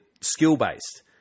skill-based